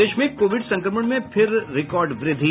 प्रदेश में कोविड संक्रमण में फिर रिकॉर्ड वृद्धि